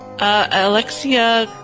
Alexia